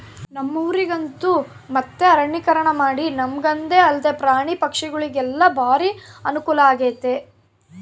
ನಮ್ಮ ಊರಗಂತೂ ಮತ್ತೆ ಅರಣ್ಯೀಕರಣಮಾಡಿ ನಮಗಂದೆ ಅಲ್ದೆ ಪ್ರಾಣಿ ಪಕ್ಷಿಗುಳಿಗೆಲ್ಲ ಬಾರಿ ಅನುಕೂಲಾಗೆತೆ